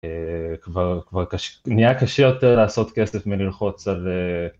כבר נהיה קשה יותר לעשות כסף מללחוץ על...